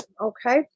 okay